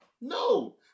No